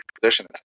position